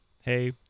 Hey